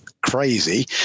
crazy